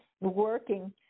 Working